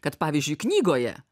kad pavyzdžiui knygoje